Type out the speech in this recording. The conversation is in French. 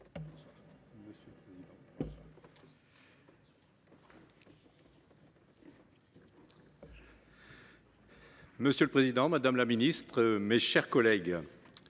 Monsieur le président, madame la ministre, mes chers collègues,